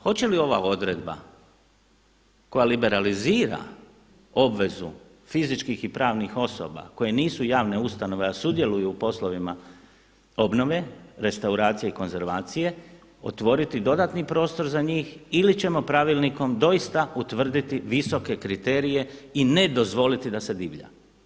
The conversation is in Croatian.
Hoće li ova odredba koja liberalizira obvezu fizičkih i pravnih osoba koje nisu javne ustanove a sudjeluju u poslovima obnove, restauracije i konzervacije otvoriti dodatni prostor za njih ili ćemo pravilnikom doista utvrditi visoke kriterije i ne dozvoliti da se divlja.